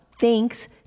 thanks